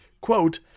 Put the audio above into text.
quote